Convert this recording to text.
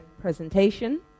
presentation